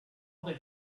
they